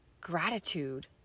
gratitude